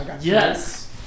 yes